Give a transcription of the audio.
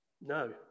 No